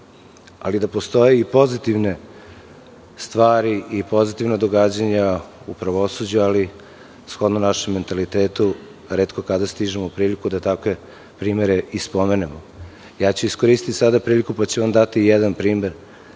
ali da postoje i pozitivne stvari i pozitivna događanja u pravosuđu, ali shodno našem mentalitetu, retko kada imamo priliku da takve primere i spomenemo. Iskoristiću sada priliku, pa ću vam dati jedan primer.